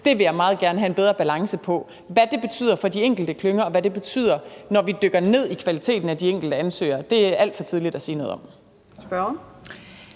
Det vil jeg meget gerne have en bedre balance på. Hvad det betyder for de enkelte klynger, og hvad det betyder, når vi dykker ned i kvaliteten af de enkelte ansøgere, er det alt for tidligt at sige noget om.